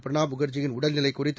பிரணாப் முகர்ஜியின் உடல்நிலை குறித்து